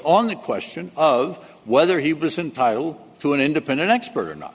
on the question of whether he was entitled to an independent expert or not